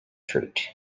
fruit